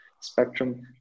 Spectrum